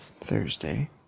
Thursday